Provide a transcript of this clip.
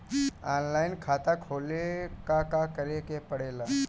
Online खाता खोले ला का का करे के पड़े ला?